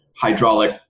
hydraulic